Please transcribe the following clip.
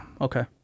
Okay